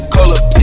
Color